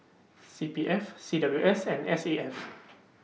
C P F C W S and S A F